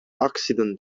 accident